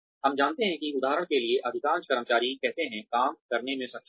हम जानते हैं कि उदाहरण के लिए अधिकांश कर्मचारी कहते हैं काम करने में सक्षम हैं